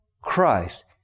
Christ